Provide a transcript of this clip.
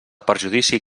perjudici